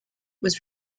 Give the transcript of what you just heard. was